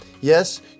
Yes